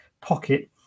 pocket